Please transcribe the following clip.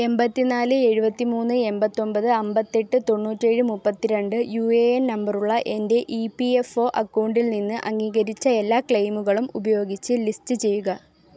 എൺപത്തി നാല് എഴുപത്തി മൂന്ന് എൺപത്തൊമ്പത് അമ്പത്തെട്ട് തൊണ്ണൂറ്റേഴ് മുപ്പത്തി രണ്ട് യു എ എൻ നമ്പർ ഉള്ള എൻ്റെ ഇ പി എഫ് ഒ അക്കൗണ്ടിൽ നിന്ന് അംഗീകരിച്ച എല്ലാ ക്ലെയിമുകളും ഉപയോഗിച്ച് ലിസ്റ്റ് ചെയ്യുക